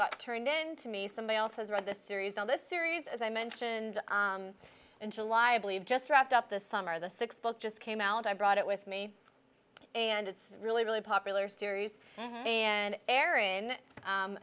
got turned into me somebody else has read the series on this series as i mentioned in july a believe just wrapped up this summer the sixth book just came out i brought it with me and it's really really popular series and erin